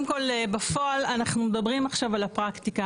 בפועל אנחנו מדברים עכשיו על הפרקטיקה,